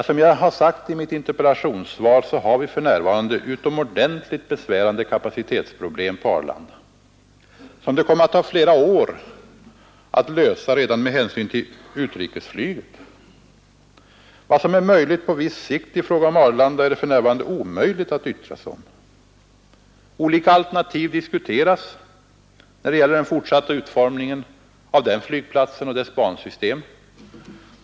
Som jag har sagt i mitt interpellationssvar har vi för närvarande utomordentligt besvärande kapacitetsproblem på Arlanda, som det kommer att ta flera år att lösa redan med hänsyn till utrikesflyget. Vad som är tänkbart på viss sikt i fråga om Arlanda är det för närvarande omöjligt att yttra sig om. Olika alternativ diskuteras när det gäller den fortsatta utformningen av den flygplatsen och dess bansystem.